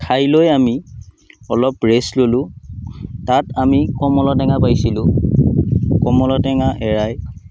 খাইলৈ আমি অলপ ৰেষ্ট ল'লোঁ তাত আমি কমলা টেঙা পাইছিলোঁ কমলা টেঙা এৰাই